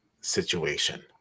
situation